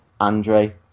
Andre